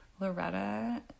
Loretta